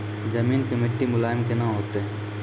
जमीन के मिट्टी मुलायम केना होतै?